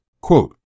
quote